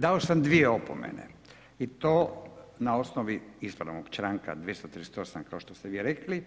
Dao sam dvije opomene i to na osnovi ispravnog članka 238., kao što ste vi rekli